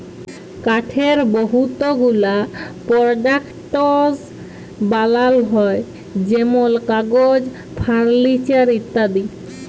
কাঠের বহুত গুলা পরডাক্টস বালাল হ্যয় যেমল কাগজ, ফারলিচার ইত্যাদি